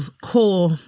core